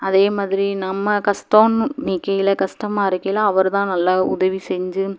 அதே மாதிரி நம்ம கஸ்ட்டன்னு நிற்கையில கஸ்டமாக இருக்கையிலே அவர்தான் நல்லா உதவி செஞ்சு